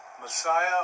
Messiah